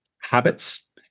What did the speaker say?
habits